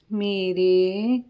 ਮੇਰੇ